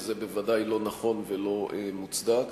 וזה בוודאי לא נכון ולא מוצדק.